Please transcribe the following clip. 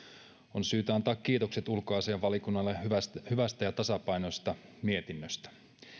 on syytä antaa kiitokset ulkoasiainvaliokunnalle hyvästä hyvästä ja tasapainoisesta mietinnöstä